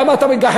למה אתה מגחך,